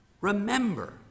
Remember